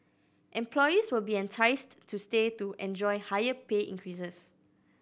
employees will be enticed to stay to enjoy higher pay increases